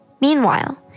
Meanwhile